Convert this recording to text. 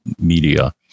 media